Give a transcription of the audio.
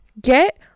get